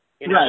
Right